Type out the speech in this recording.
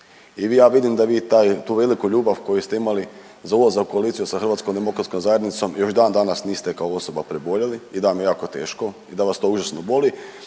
i ja vidim da vi tu veliku ljubav koju ste imali za ulazak u koaliciju sa Hrvatskom demokratskom zajednicom još dan danas niste kao osoba preboljeli, i da vam je jako teško, i da vas to užasno boli